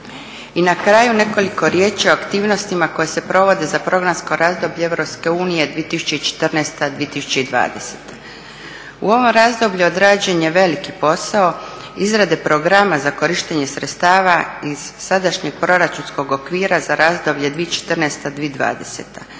I na kraju nekoliko riječi o aktivnostima koje se provode za programsko razdoblje EU 2014.-2020. U ovom razdoblju odrađen je veliki posao izrade programa za korištenje sredstava iz sadašnjeg proračunskog okvira za razdoblje 2014.-2020.